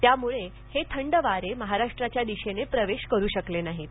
त्यामुळे थंड वारे महाराष्ट्राच्या दिशेने प्रवेश करू शकले नाहीत